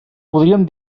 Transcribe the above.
podríem